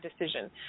decision